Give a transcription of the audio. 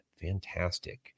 Fantastic